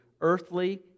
earthly